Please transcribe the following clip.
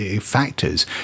factors